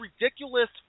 ridiculous